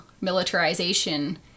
militarization